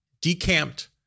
decamped